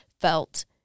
felt